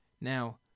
Now